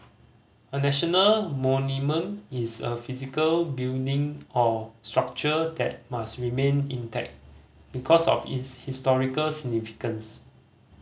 a national monument is a physical building or structure that must remain intact because of its historical significance